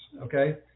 okay